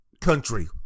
country